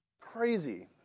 crazy